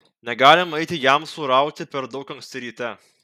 negalima eiti jamsų rauti per daug anksti ryte